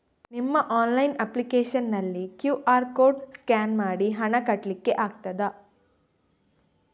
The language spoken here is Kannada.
ನಿಮ್ಮ ಆನ್ಲೈನ್ ಅಪ್ಲಿಕೇಶನ್ ನಲ್ಲಿ ಕ್ಯೂ.ಆರ್ ಕೋಡ್ ಸ್ಕ್ಯಾನ್ ಮಾಡಿ ಹಣ ಕಟ್ಲಿಕೆ ಆಗ್ತದ?